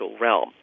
realm